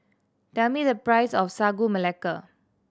tell me the price of Sagu Melaka